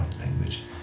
language